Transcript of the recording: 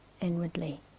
inwardly